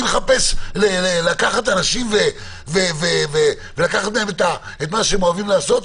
אני מחפש לקחת אנשים ולקחת מהם את מה שהם אוהבים לעשות?